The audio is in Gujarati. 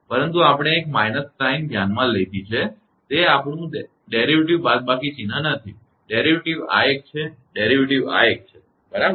પરંતુ આપણે એક બાદબાકી ચિન્હ ધ્યાનમાં લીધું છે તે પહેલાં આ derivative બાદબાકી ચિહ્ન નથી derivative આ એક છે derivative આ એક છે બરાબર